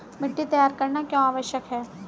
मिट्टी तैयार करना क्यों आवश्यक है?